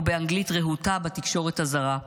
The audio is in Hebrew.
או באנגלית רהוטה בתקשורת הזרה.